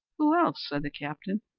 who else? said the captain.